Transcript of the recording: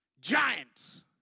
giants